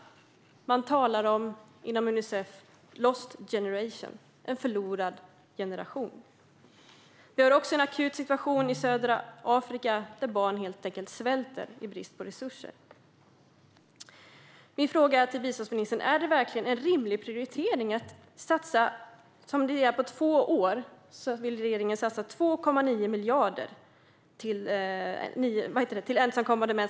Inom Unicef talar man om a lost generation, en förlorad generation. Även situationen i södra Afrika är akut, och barn svälter på grund av resursbrist. Min fråga till biståndsministern är: Är det verkligen en rimlig prioritering att satsa 2,9 miljarder, som regeringen vill göra under två år, på ensamkommande män?